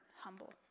humble